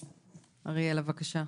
בבקשה.